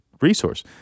resource